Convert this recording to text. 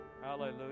Hallelujah